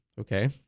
Okay